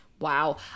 Wow